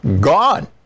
gone